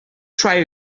try